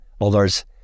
others